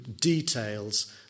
details